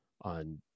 on